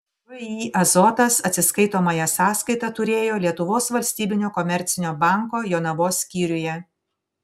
vį azotas atsiskaitomąją sąskaitą turėjo lietuvos valstybinio komercinio banko jonavos skyriuje